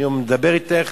אני מדבר אתך